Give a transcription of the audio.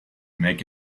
make